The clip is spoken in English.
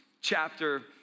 chapter